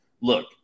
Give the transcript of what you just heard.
Look